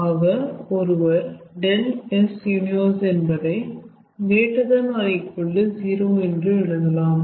ஆக ஒருவர் ∆S universe என்பதை ≥0 என்று எழுதலாம்